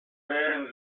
während